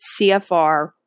CFR